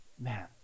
Man